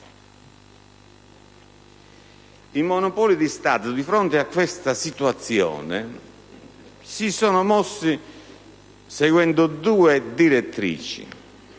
monopoli di Stato, di fronte a questa situazione, si è mossa seguendo due direttrici: